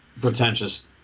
pretentious